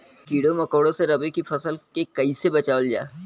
कीड़ों मकोड़ों से रबी की फसल के कइसे बचावल जा?